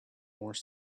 more